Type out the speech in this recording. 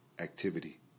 activity